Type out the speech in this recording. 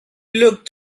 looked